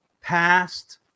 past